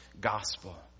gospel